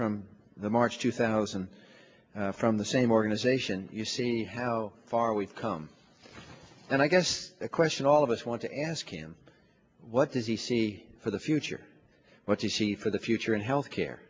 from the march two thousand from the same organization you see how far we've come and i guess the question all of us want to ask him what does he see for the future what you see for the future in health care